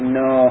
no